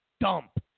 dump